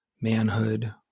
manhood